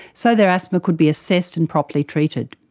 so their asthma could be assessed and properly treated.